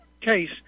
case